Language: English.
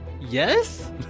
Yes